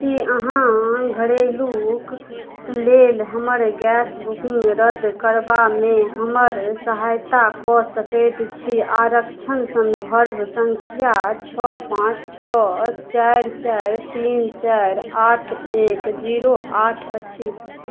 कि अहाँ घरेलुक लेल हमर गैस बुकिन्ग रद्द करबामे हमर सहायता कऽ सकै छी आरक्षण सन्दर्भ सँख्या छओ पाँच छओ चारि चारि तीन चारि आठ एक जीरो आठ अछि